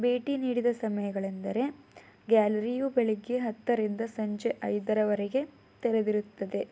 ಭೇಟಿ ನೀಡಿದ ಸಮಯಗಳೆಂದರೆ ಗ್ಯಾಲರಿಯು ಬೆಳಗ್ಗೆ ಹತ್ತರಿಂದ ಸಂಜೆ ಐದರವರೆಗೆ ತೆರೆದಿರುತ್ತದೆ